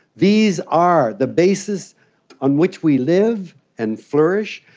these are the basis on which we live and flourish?